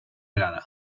vegada